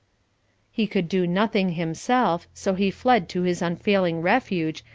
he could do nothing himself, so he fled to his unfailing refuge,